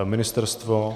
Ministerstvo?